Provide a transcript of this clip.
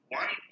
one